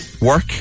work